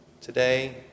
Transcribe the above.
today